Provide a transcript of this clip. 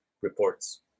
reports